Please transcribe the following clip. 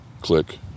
click